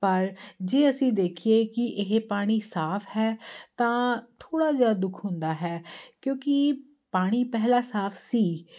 ਪਰ ਜੇ ਅਸੀਂ ਦੇਖੀਏ ਕਿ ਇਹ ਪਾਣੀ ਸਾਫ ਹੈ ਤਾਂ ਥੋੜ੍ਹਾ ਜਿਹਾ ਦੁੱਖ ਹੁੰਦਾ ਹੈ ਕਿਉਂਕਿ ਪਾਣੀ ਪਹਿਲਾਂ ਸਾਫ ਸੀ